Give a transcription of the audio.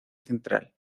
central